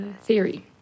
theory